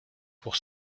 pour